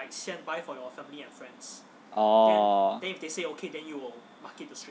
oh